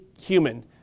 human